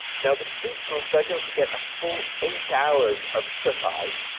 now, the sleep group, they're going to get a full eight hours of shuteye.